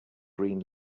green